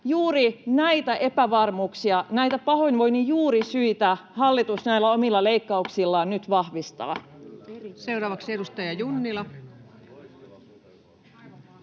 Juuri näitä epävarmuuksia, näitä pahoinvoinnin juurisyitä hallitus näillä omilla leikkauksillaan nyt vahvistaa. Seuraavaksi edustaja Junnila.